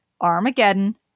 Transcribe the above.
Armageddon